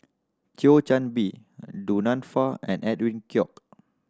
Thio Chan Bee Du Nanfa and Edwin Koek